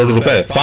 little bit